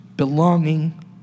Belonging